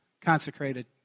consecrated